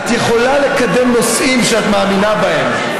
את יכולה לקדם נושאים שאת מאמינה בהם.